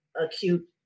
acute